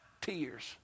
tears